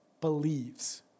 believes